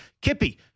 Kippy